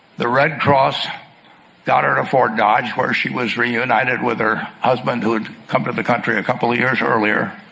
the red, cross got her to fort dodge where she was reunited with her husband, who would come to the country a couple years earlier